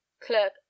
clerk